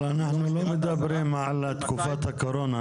אבל אנחנו לא מדברים על תקופת הקורונה.